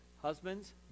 Husbands